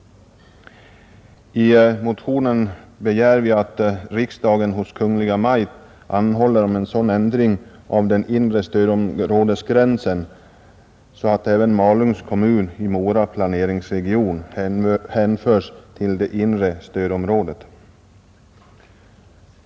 I motionen begär vi att riksdagen hos Kungl. Maj:t anhåller om en sådan ändring av den inre stödområdesgränsen att även Malungs kommun i Mora planeringsregion hänförs till det inre stödområdet.